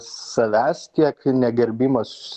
savęs tiek negerbimas